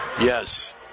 Yes